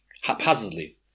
haphazardly